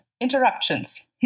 interruptions